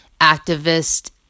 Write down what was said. activist